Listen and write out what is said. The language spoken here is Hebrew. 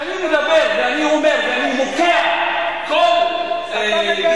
כשאני מדבר ואני אומר ואני מוקיע כל גזענות,